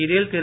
இதில் திரு